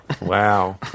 Wow